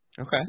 Okay